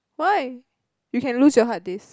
why you can lose your hard disk